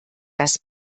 das